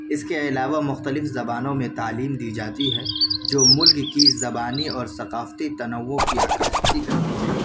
اس کے علاوہ مختلف زبانوں میں تعلیم دی جاتی ہے جو ملک کی زبانی اور ثقافتی تنوع کی عکاسی کرتی ہے